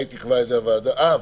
אה,